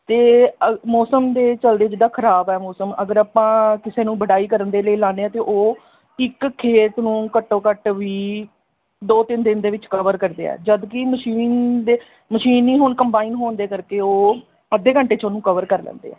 ਅਤੇ ਮੌਸਮ ਦੇ ਚਲਦੇ ਜਿੱਦਾਂ ਖ਼ਰਾਬ ਹੈ ਮੌਸਮ ਅਗਰ ਆਪਾਂ ਕਿਸੇ ਨੂੰ ਵਢਾਈ ਕਰਨ ਦੇ ਲਈ ਲਾਉਂਦੇ ਹਾਂ ਅਤੇ ਉਹ ਇੱਕ ਖੇਤ ਨੂੰ ਘੱਟੋ ਘੱਟ ਵੀ ਦੋ ਤਿੰਨ ਦਿਨ ਦੇ ਵਿੱਚ ਕਵਰ ਕਰਦੇ ਹਨ ਜਦਕਿ ਮਸ਼ੀਨ ਦੇ ਮਸ਼ੀਨ ਹੀ ਹੁਣ ਕੰਬਾਈਨ ਹੋਣ ਦੇ ਕਰਕੇ ਉਹ ਅੱਧੇ ਘੰਟੇ 'ਚ ਉਹਨੂੰ ਕਵਰ ਕਰ ਲੈਂਦੇ ਆ